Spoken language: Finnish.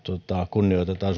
kunnioitetaan